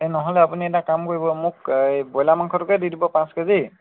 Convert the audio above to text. এ নহ'লে আপুনি এটা কাম কৰিব মোক এই বইলাৰ মাংসটোকে দি দিব পাঁচ কেজি